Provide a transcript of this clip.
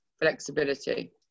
flexibility